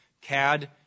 CAD